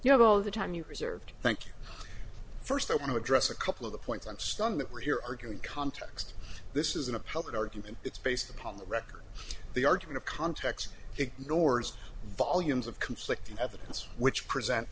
you have all the time you reserved thank you first i want to address a couple of the points i'm stunned that we're here arguing context this is an appellate argument it's based upon the record the argument of context ignores volumes of conflicting evidence which present